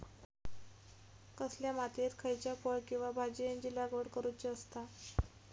कसल्या मातीयेत खयच्या फळ किंवा भाजीयेंची लागवड करुची असता?